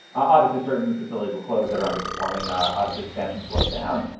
obviously, certain facilities will close that are underperforming. obviously, expansion slows down.